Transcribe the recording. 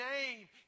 name